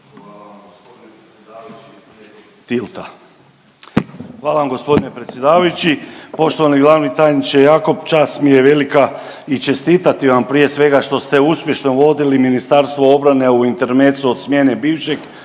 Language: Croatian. Hvala vam gospodine predsjedavajući. Poštovani glavni tajniče Jakop, čast mi je velika i čestitati vam prije svega što ste uspješno vodili Ministarstvo obrane u intermecu od smjene bivšeg,